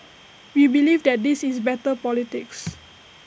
we believe that this is better politics